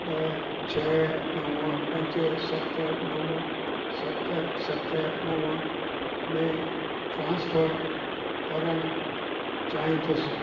ॿ छह नव पंज सत नव सत सत नव में ट्रांसफर करण चाईंदुसि